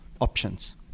options